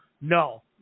no